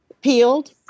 peeled